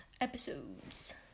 episodes